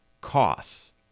costs